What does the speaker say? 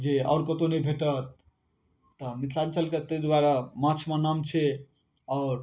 जे आओरो कतौ नहि भेटत तऽ मिथिलाञ्चलके तै दुआरे माछमे नाम छै आओर